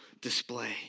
display